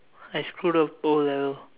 I screwed up O level